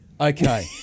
Okay